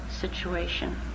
situation